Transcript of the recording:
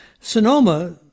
Sonoma